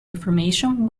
information